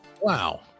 Wow